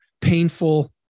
painful